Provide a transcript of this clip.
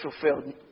fulfilled